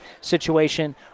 situation